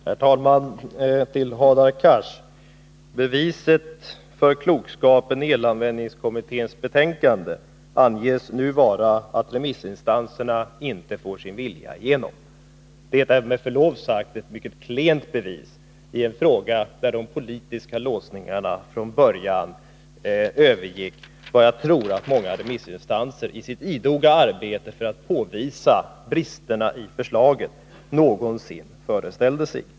Herr talman! Till Hadar Cars: Beviset för klokskapen i elanvändningskommitténs betänkande anges nu vara att remissinstanserna inte får sin vilja igenom. Det är med förlov sagt ett mycket klent bevis i en fråga där de politiska låsningarna från början övergick vad jag tror att många remissinstanser i sitt idoga arbete för att påvisa bristerna i förslaget någonsin kunde föreställa sig.